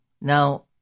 Now